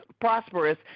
prosperous